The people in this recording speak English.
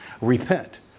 Repent